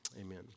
Amen